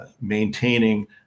maintaining